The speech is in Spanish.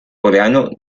coreano